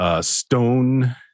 stone